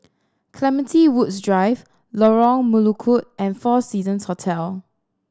Clementi Woods Drive Lorong Melukut and Four Seasons Hotel